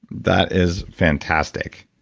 that is fantastic.